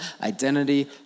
identity